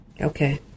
Okay